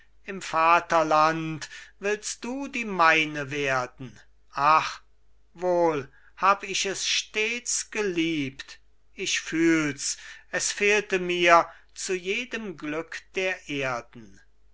im vaterland willst du die meine werden ach wohl hab ich es stets geliebt ich fühl's es fehlte mir zu jedem glück der erden